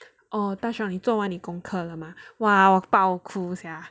oh 大雄你做完功课了吗 !wah! 我爆哭 sia